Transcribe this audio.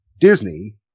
Disney